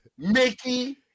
Mickey